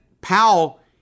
Powell